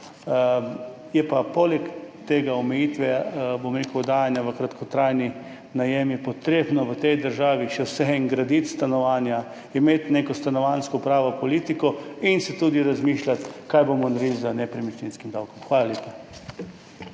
Je pa poleg te omejitve oddajanja v kratkotrajni najem potrebno v tej državi še vseeno graditi stanovanja, imeti neko pravo stanovanjsko politiko in tudi razmišljati, kaj bomo naredili z nepremičninskim davkom. Hvala lepa.